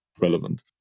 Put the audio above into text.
relevant